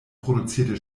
produzierte